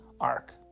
Ark